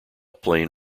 plain